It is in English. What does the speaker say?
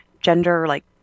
gender-like